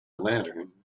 lantern